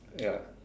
ya